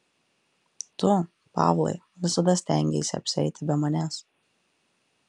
tu pavlai visada stengeisi apsieiti be manęs